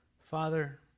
Father